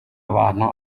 bantu